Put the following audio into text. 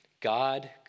God